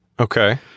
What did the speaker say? Okay